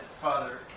Father